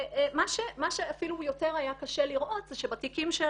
מה שאפילו יותר היה קשה לראות זה שבתיקים של